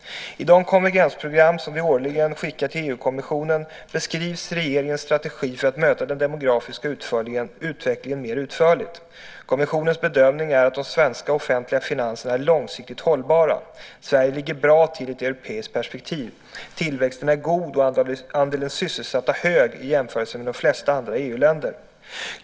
I de konvergensprogram som vi årligen skickar till EU-kommissionen beskrivs regeringens strategi för att möta den demografiska utvecklingen mer utförligt. Kommissionens bedömning är att de svenska offentliga finanserna är långsiktigt hållbara. Sverige ligger bra till i ett europeiskt perspektiv. Tillväxten är god och andelen sysselsatta hög i jämförelse med de flesta andra EU-länder.